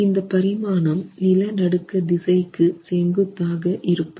இந்தப் பரிமாணம் நிலநடுக்க திசைக்கு செங்குத்தாக இருப்பது